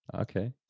okay